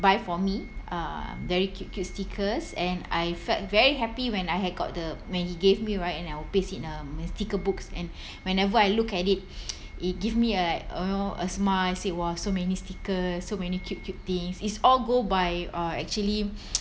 buy for me uh very cute cute stickers and I felt very happy when I had got the when he gave me right and I will paste in a my sticker books and whenever I look at it it give me a like you know a smile said !wah! so many stickers so many cute cute things it's all go by actually